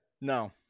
No